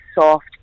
soft